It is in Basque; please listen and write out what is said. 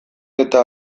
eta